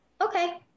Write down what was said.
okay